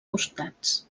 costats